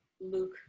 Luke